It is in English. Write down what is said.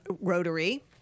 Rotary